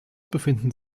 befinden